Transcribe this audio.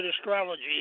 astrology